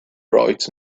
bright